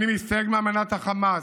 אני מסתייג מאמנת החמאס.